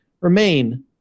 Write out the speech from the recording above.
remain